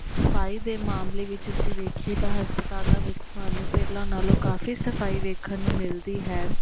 ਸਫਾਈ ਦੇ ਮਾਮਲੇ ਵਿੱਚ ਅਸੀਂ ਵੇਖੀਏ ਤਾਂ ਹਸਪਤਾਲਾਂ ਵਿੱਚ ਸਾਨੂੰ ਪਹਿਲਾਂ ਨਾਲੋਂ ਕਾਫ਼ੀ ਸਫਾਈ ਵੇਖਣ ਨੂੰ ਮਿਲਦੀ ਹੈ